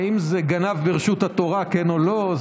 האם זה גנב ברשות התורה, כן או לא?